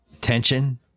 tension